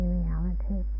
reality